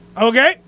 Okay